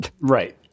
Right